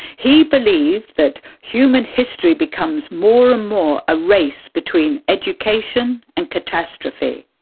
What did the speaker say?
he believed that human history becomes more and more a race between education and catastrophe.